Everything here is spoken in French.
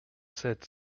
sept